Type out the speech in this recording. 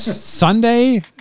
sunday